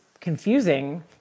confusing